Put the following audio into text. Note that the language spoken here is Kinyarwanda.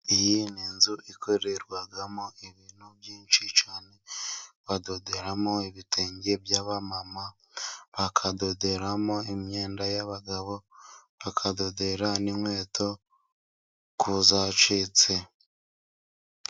Iyi ni inzu ikorerwamo ibintu byinshi cyane badoderamo ibitenge by'abamama, bakadoderamo imyenda y'abagabo ,bakahadodera n'inkweto ku zacitse.